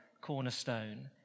cornerstone